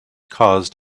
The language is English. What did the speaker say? caused